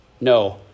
No